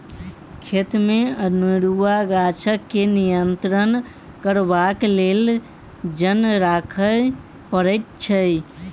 खेतमे अनेरूआ गाछ के नियंत्रण करबाक लेल जन राखय पड़ैत छै